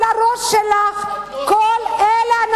על הראש שלך כל אלה,